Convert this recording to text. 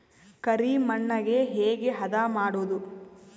ಕರಿ ಮಣ್ಣಗೆ ಹೇಗೆ ಹದಾ ಮಾಡುದು?